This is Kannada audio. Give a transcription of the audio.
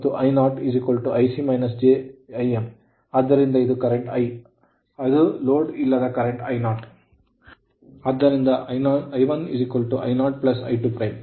ಆದ್ದರಿಂದ ಇದು current I ಅದು ಲೋಡ್ ಇಲ್ಲದ ಕರೆಂಟ್ I0